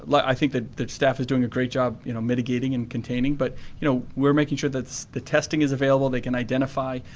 like i think the the staff is doing a great job you know mitigating and containing, but you know we're making sure that the testing is available. they can identify,